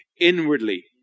inwardly